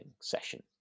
session